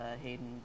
Hayden